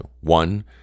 One